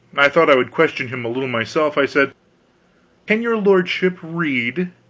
i thought i would question him a little myself. i said can your lordship read?